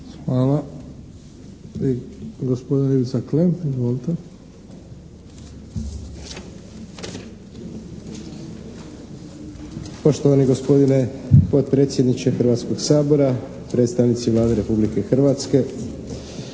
Hvala. Gospodin Ivica Klem. Izvolite! **Klem, Ivica (HDZ)** Poštovani gospodine potpredsjedniče Hrvatskoga sabora, predstavnici Vlade Republike Hrvatske!